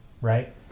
right